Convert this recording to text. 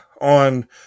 on